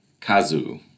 Kazu